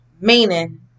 meaning